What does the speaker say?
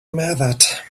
method